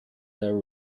their